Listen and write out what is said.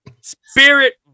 Spirit